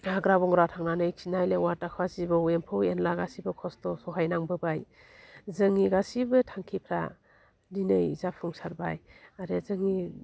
हाग्रा बंग्रा थांनानै खिनाय लेवार दावखा जिबौ एम्फौ एनला गासिबो खस्थ' सहाय नांबोबाय जोंनि गासिबो थांखिफ्रा दिनै जाफुंसारबाय आरो जोंनि